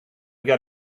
got